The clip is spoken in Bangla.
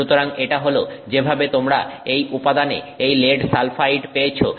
সুতরাং এটা হল যেভাবে তোমরা এই উপাদানে এই লেড সালফাইড পেয়েছো